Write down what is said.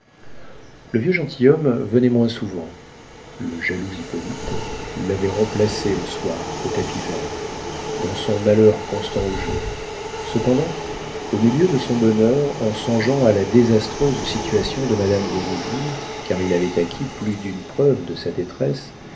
le vieux gentilhomme venait moins souvent le jaloux hippolyte l'avait remplacé le soir au tapis vert dans son malheur constant au jeu cependant au milieu de son bonheur en songeant à la désastreuse situation de madame de rouville car il avait acquis plus d'une preuve de sa détresse